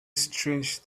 strange